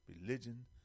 religion